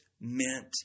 meant